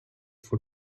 for